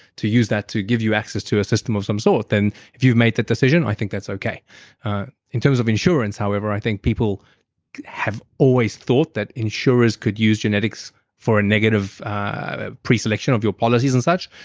to use that to give you access to a system of some sort, then if you've made that decision, i think that's okay in terms of insurance, however, i think people have always thought that insurers could use genetics for a negative ah preselection of your policies and such.